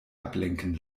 ablenken